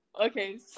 Okay